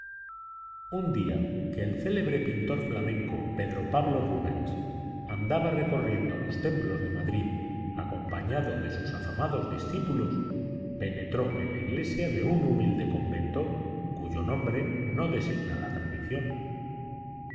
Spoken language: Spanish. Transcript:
un día que el célebre pintor flamenco pedro pablo rubens andaba recorriendo los templos de madrid acompañado de sus afamados discípulos penetró en la iglesia de un humilde convento cuyo nombre no designa la tradición